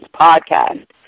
podcast